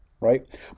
right